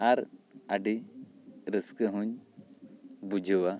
ᱟᱨ ᱟᱹᱰᱤ ᱨᱟᱹᱥᱠᱟᱹ ᱦᱚᱧ ᱵᱩᱡᱷᱟᱹᱣᱼᱟ